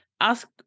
ask